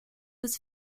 was